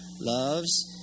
Loves